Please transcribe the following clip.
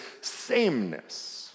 sameness